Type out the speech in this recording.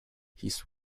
his